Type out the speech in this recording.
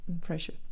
pressure